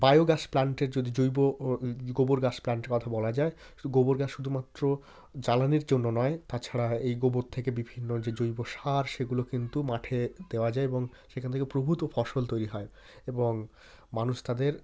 bio gas প্লান্টের যদি জৈব ও গোবর গ্যাস প্লান্টের কথা বলা যায় সো গোবর গ্যাস শুধুমাত্র জ্বালানির জন্য নয় তাছাড়া এই গোবর থেকে বিভিন্ন যে জৈব সার সেগুলো কিন্তু মাঠে দেওয়া যায় এবং সেখান থেকে প্রভূত ফসল তৈরি হয় এবং মানুষ তাদের